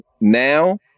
now